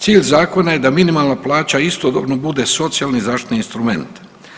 Cilj zakona je da minimalna plaća istodobno bude socijalni zaštitni instrument.